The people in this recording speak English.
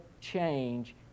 change